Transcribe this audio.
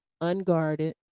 unguarded